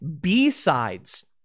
B-sides